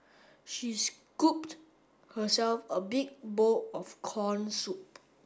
she scooped herself a big bowl of corn soup